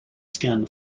skin